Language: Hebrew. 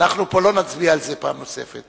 אנחנו לא נצביע על זה פה פעם נוספת.